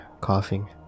coughing